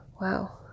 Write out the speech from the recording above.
wow